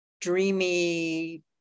dreamy